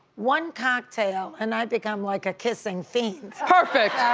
one cocktail and i become like a kissing fiend. perfect!